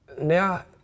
Now